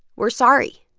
we're sorry.